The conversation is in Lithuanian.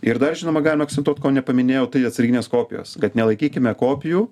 ir dar žinoma galima akcentuot ko nepaminėjau tai atsarginės kopijos kad nelaikykime kopijų